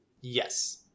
Yes